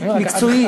מקצועית,